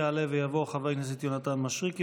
יעלה ויבוא חבר הכנסת יונתן מישרקי,